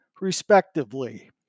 respectively